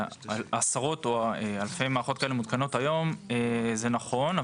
שעשרות או אלפי מערכות כאלה מותקנות היום זה נכון,